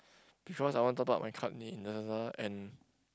because I want top up my card need Lazada and